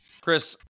Chris